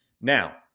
Now